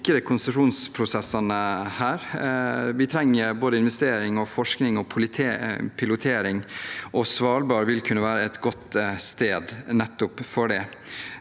å sikre konsesjonsprosessene. Vi trenger både investering, forskning og pilotering, og Svalbard vil kunne være et godt sted for